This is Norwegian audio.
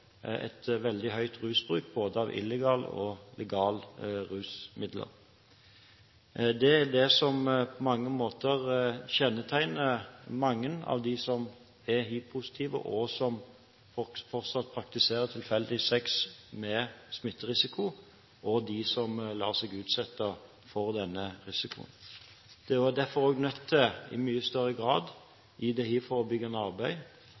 veldig høy rusmiddelbruk, både av illegale og av legale rusmidler. Det er dette som på mange måter kjennetegner mange av dem som er hivpositive, og som fortsatt praktiserer tilfeldig sex, med smitterisiko, og dem som utsetter seg for denne risikoen. I det hivforbyggende arbeidet er en derfor i mye større grad